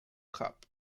cup